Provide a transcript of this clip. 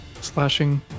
slashing